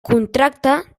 contracte